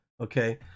Okay